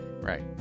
Right